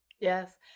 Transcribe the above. Yes